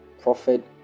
prophet